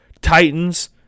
Titans